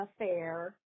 affair